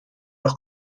los